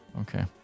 okay